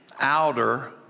outer